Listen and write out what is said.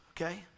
okay